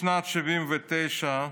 בשנת 1979,